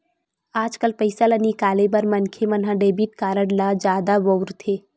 आजकाल पइसा ल निकाले बर मनखे मन ह डेबिट कारड ल जादा बउरथे